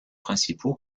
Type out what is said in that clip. principaux